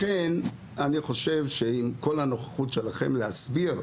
לכן, אני חושב שעם כל הנוכחות שלכם להסביר,